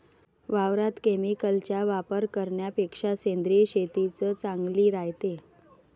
वावरात केमिकलचा वापर करन्यापेक्षा सेंद्रिय शेतीच चांगली रायते